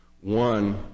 One